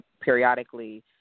periodically